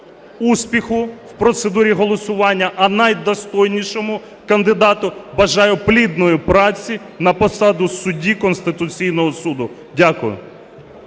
успіху в процедурі голосування, а найдостойнішому кандидату бажаю плідної праці на посаді судді Конституційного Суду. Дякую.